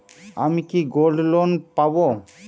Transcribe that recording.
আমি কি gold loan পাবো?